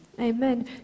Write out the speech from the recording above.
Amen